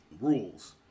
Rules